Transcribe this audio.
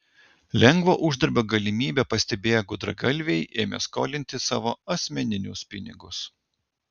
lengvo uždarbio galimybę pastebėję gudragalviai ėmė skolinti savo asmeninius pinigus